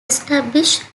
establish